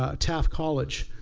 ah taft college.